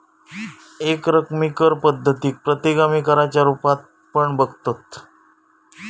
एकरकमी कर पद्धतीक प्रतिगामी कराच्या रुपात पण बघतत